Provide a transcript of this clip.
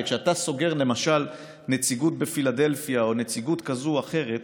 הרי כשאתה סוגר למשל נציגות בפילדלפיה או נציגות כזאת או אחרת,